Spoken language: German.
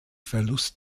verlust